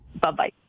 Bye-bye